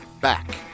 back